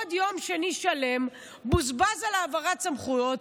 עוד יום שני שלם בוזבז על העברת סמכויות,